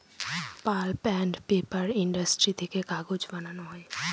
pulp and paper industry থেকে কাগজ বানানো হয়